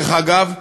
דרך אגב,